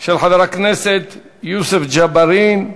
של חבר הכנסת יוסף ג'בארין,